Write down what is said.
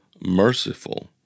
merciful